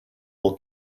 will